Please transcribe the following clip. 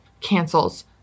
cancels